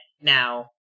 now